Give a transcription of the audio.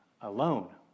alone